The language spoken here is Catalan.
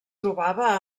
trobava